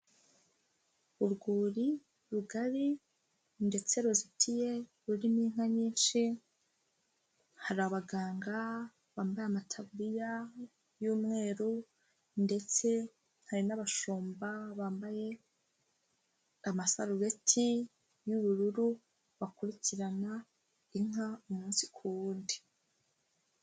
Urwuri rugari ndetse ruzitiye rurimo inka nyinshi, hari abaganga bambaye amataburiya y'umweru ndetse hari n'abashumba bambaye amasarubeti y'ubururu, bakurikirana inka umunsi ku wundi.